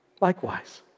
likewise